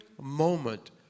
moment